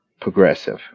progressive